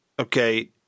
Okay